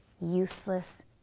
useless